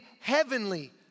heavenly